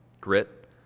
grit